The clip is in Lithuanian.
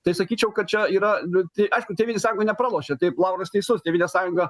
tai sakyčiau kad čia yra liu tai aišku tėvynės sąjunga sako nepralošia taip lauras teisus tėvynės sąjunga